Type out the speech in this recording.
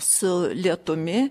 su lietumi